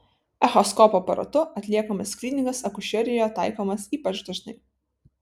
echoskopo aparatu atliekamas skryningas akušerijoje taikomas ypač dažnai